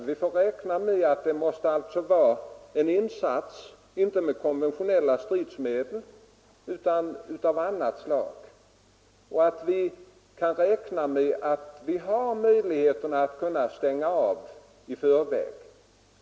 Vi måste räkna med att det endast blir en insats av konventionella stridsmedel och att vi har möjlighet att stänga av i förväg.